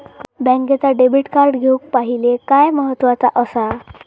बँकेचा debit card घेउक पाहिले काय महत्वाचा असा?